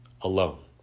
alone